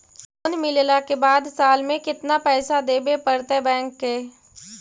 Loan मिलला के बाद साल में केतना पैसा देबे पड़तै बैक के?